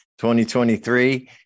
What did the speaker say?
2023